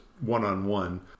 one-on-one